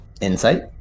Insight